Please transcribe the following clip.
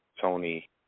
Tony